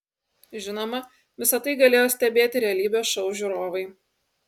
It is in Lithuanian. žinoma visa tai galėjo stebėti realybės šou žiūrovai